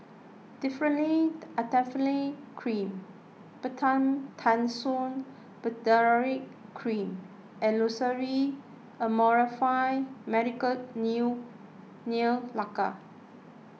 Differin Adapalene Cream Betamethasone Valerate Cream and Loceryl Amorolfine Medicated new Nail Lacquer